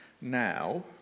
now